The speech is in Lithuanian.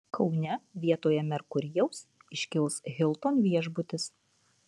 kaune vietoje merkurijaus iškils hilton viešbutis